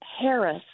Harris